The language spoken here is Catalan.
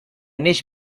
naix